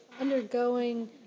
undergoing